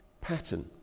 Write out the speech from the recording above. pattern